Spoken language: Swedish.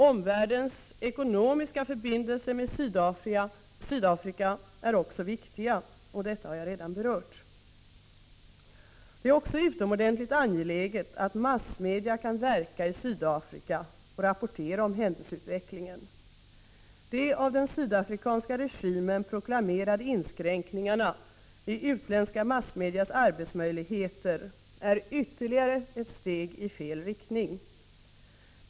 Omvärldens ekonomiska förbindelser med Sydafrika är också viktiga. Detta har jag redan berört. Det är också utomordentligt angeläget att massmedia kan verka i Sydafrika och rapportera om händelseutvecklingen. De av den sydafrikanska regimen proklamerade inskränkningarna i utländska massmedias arbetsmöjligheter är ytterligare ett steg i fel riktning.